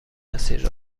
مسیر